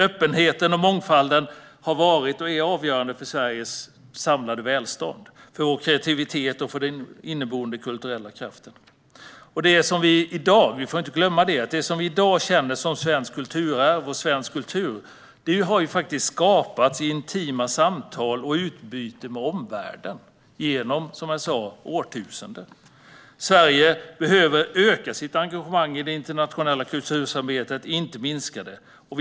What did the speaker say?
Öppenheten och mångfalden har varit, och är, avgörande för Sveriges samlade välstånd, för vår kreativitet och för vår inneboende kulturella kraft. Vi får inte glömma att det som vi i dag känner som svensk kultur och det svenska kulturarvet har skapats i intima samtal och utbyte med omvärlden genom årtusenden. Sverige behöver öka sitt engagemang i det internationella kultursamarbetet, inte minska det. Herr talman!